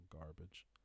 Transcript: garbage